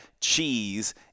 cheese